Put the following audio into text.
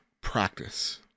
practice